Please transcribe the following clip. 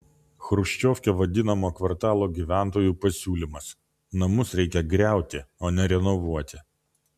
chruščiovke vadinamo kvartalo gyventojų pasiūlymas namus reikia griauti o ne renovuoti